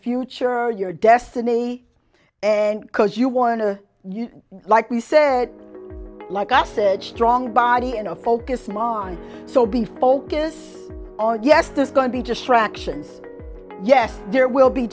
future or your destiny and because you want to you like we said like i said strong body and focus more on so be focus on yes there's going to be distractions yes there will be